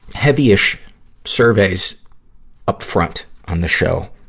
heavy-ish surveys up front on the show.